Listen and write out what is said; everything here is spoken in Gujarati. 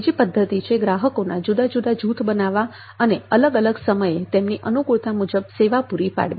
બીજી પદ્ધતિ છે ગ્રાહકોના જુદા જુદા જૂથ બનાવવા અને અલગ અલગ સમયે તેમની અનુકૂળતા મુજબ સેવા પૂરી પાડવી